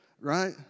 right